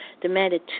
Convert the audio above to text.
demanded